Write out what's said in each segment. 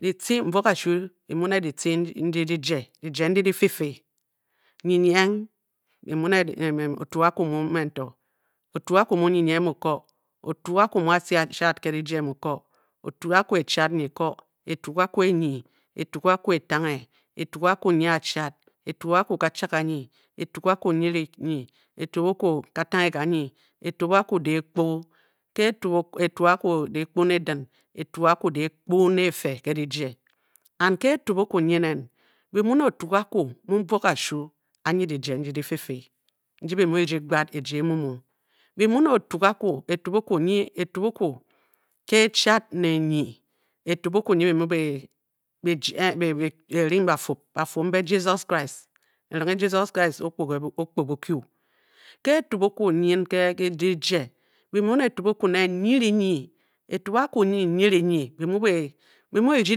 Ditce, mbuop kashu, bi mu ne ditce ndi dijye, diyge ndi di fiifyi. nnyinyeng bi mu etukakwu mu men to etukakwu mu nnyinyeng muko etukakwu mu atce achad ke dijyen mu ko etukakwu echad nyiko, etukakwu enyi, etukakwu etanghe, etukakwu nyia Chad etukakwu kachadganyi, etukakwu nyirinyi etukakwu katanganyi, etukakwu kehkpo ke or kehkpo nedin, etukakwu kehkpo ne efe ke dijye and ke etukakwu nyi nen, bi mu ne etukakwu ni mu mbwop kashu, anyi dijye ndi di fiifyi ndi bi nu bi rdi gbad eji emu mu bi mu ne etukakwu, etugukwu etugukwu ke echad ne enyi, etugukwu nyi bi mung be ring bafub, bafub mbe jisos Krist erenghe jisos Krist kpo bukyu Ke etugukwu nyin ke dijye, bi mu ne etugukwu nen nyirinyi etugukwu nyi nyirinyi, bi mu byi rdi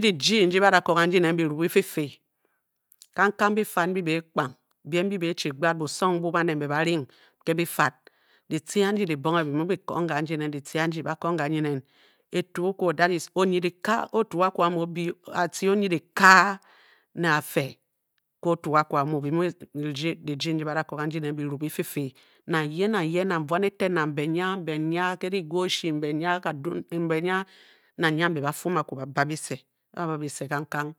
dijyi ndi ba da kong Kandi nen biru-bifiifyi. Kang kang bi fad mbyi beh pkang, biem mbyi beh chi gbad busong mbu baited mbe ba ring ke bi fad, ditci andi dibonghe bi nw byi Kong gandi nen. Etugukwu that is onyi dikaa, o-o etukakwu amu o-byi atce onyirikaa ne bafe, ke etukakwu amu, bi muu birding diji ndi ba do ko gandi nen biru bi fiifyi, nang ye nang nang ye nang buan eten nang mbe nyia kadu, mbe nyia na nyia, mbe ba fum akwu ba ba bise, ba be bise kang kang